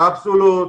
קפסולות,